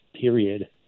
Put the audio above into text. period